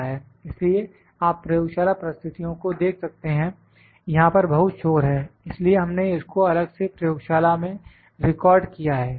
इसलिए आप प्रयोगशाला परिस्थितियों को देख सकते हैं यहां पर बहुत शोर है इसीलिए हमने इसको अलग से प्रयोगशाला में रिकॉर्ड किया है